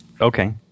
okay